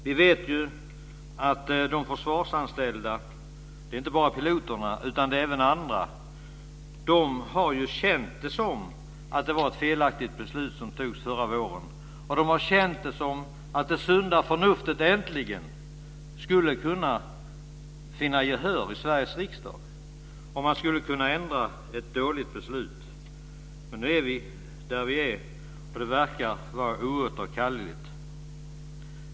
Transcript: Vi vet att de försvarsanställda, inte bara piloterna utan även andra, har känt det som att det var ett felaktigt beslut som togs förra våren. De har känt det som att det sunda förnuftet nu äntligen skulle kunna vinna gehör i Sveriges riksdag och att man skulle kunna ändra ett dåligt beslut. Men nu är vi där vi är, och det verkar vara oåterkalleligt.